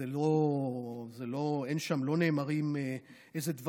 לא נאמרים שם דברים.